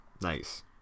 Nice